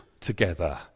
together